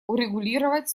урегулировать